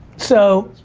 so,